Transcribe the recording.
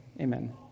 amen